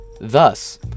Thus